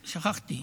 שכחתי.